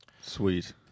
Sweet